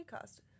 cost